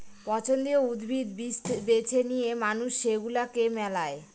পছন্দীয় উদ্ভিদ, বীজ বেছে নিয়ে মানুষ সেগুলাকে মেলায়